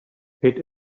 paid